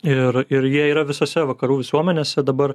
ir ir jie yra visose vakarų visuomenėse dabar